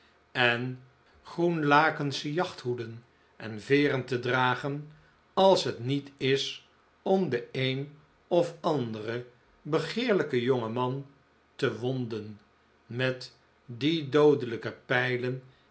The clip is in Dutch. en groen lakensche jachthoeden en veeren te dragen als het niet is om den een of anderen begeerlijken jongen man te wonden met die doodelijke pijlen